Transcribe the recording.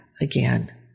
again